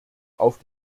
auf